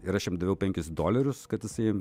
ir aš jam daviau penkis dolerius kad jisai